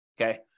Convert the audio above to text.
Okay